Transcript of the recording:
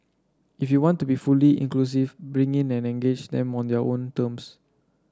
if you want to be fully inclusive bring in and engage them on their own terms